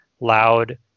loud